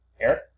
Eric